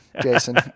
Jason